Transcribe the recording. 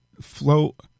float